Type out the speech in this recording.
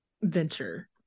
venture